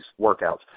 workouts